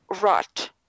rot